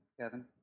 Kevin